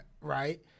right